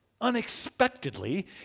Unexpectedly